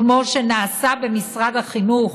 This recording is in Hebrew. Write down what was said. כמו שנעשה במשרד החינוך,